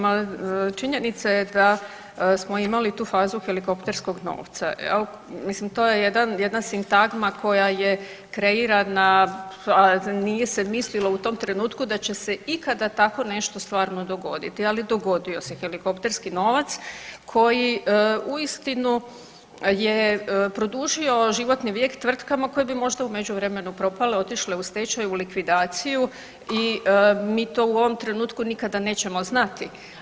Ma činjenica je da smo imali tu fazu helikopterskog novca jel, mislim to je jedan, jedna sintagma koja je kreirana, nije se mislilo u tom trenutku da će se ikada tako nešto stvarno dogoditi, ali dogodio se helikopterski novac koji uistinu je produžio životni vijek tvrtkama koje bi možda u međuvremenu propale, otišle u stečaj, u likvidaciju i mi to u ovom trenutku nikada nećemo znati.